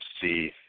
see